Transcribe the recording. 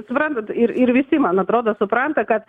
suprantat ir ir visi man atrodo supranta kad